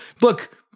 Look